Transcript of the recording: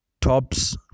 tops